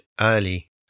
early